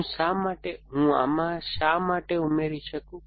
હું શા માટે હું આમાં શા માટે ઉમેરી શકું